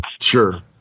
Sure